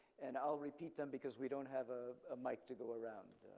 and i'll repeat them because we don't have a ah mic to go around.